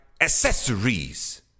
accessories